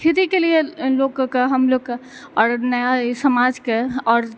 खेती के लिय लोक के हमलोग के आओर नया समाज के आओर